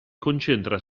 concentra